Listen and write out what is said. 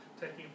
taking